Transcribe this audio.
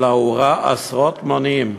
אלא הורע עשרות מונים,